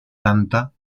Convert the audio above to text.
tanta